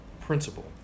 principle